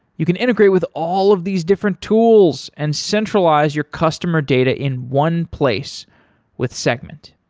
you can integrate with all of these different tools and centralize your customer data in one place with segment.